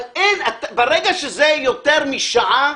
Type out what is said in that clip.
אבל ברגע שזה יותר משעה,